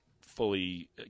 fully